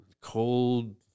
Cold